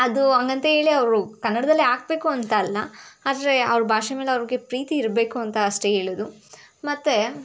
ಅದು ಹಾಗಂತ ಹೇಳಿ ಅವರು ಕನ್ನಡದಲ್ಲೇ ಹಾಕ್ಬೇಕು ಅಂತ ಅಲ್ಲ ಆದರೆ ಅವ್ರ ಭಾಷೆ ಮೇಲೆ ಅವ್ರಿಗೆ ಪ್ರೀತಿ ಇರಬೇಕು ಅಂತ ಅಷ್ಟೇ ಹೇಳೋದು ಮತ್ತು